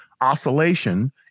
Oscillation